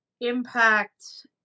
Impact